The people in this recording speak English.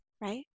right